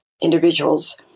individuals